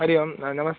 हरिः ओम् नमस्ते